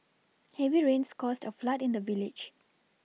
heavy rains caused a flood in the village